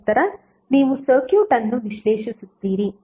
ತದನಂತರ ನೀವು ಸರ್ಕ್ಯೂಟ್ ಅನ್ನು ವಿಶ್ಲೇಷಿಸುತ್ತೀರಿ